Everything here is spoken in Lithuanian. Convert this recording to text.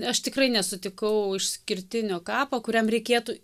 aš tikrai nesutikau išskirtinio kapo kuriam reikėtų